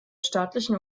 staatlichen